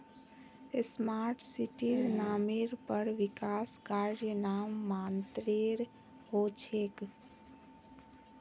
smart सिटीर नामेर पर विकास कार्य नाम मात्रेर हो छेक